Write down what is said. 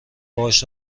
باهاش